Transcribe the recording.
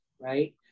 right